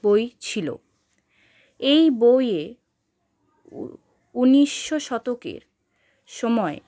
বই ছিলো এই বইয়ে উনিশশো শতকের সময়